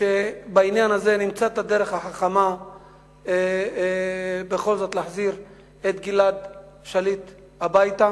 שבעניין הזה נמצא את הדרך החכמה בכל זאת להחזיר את גלעד שליט הביתה.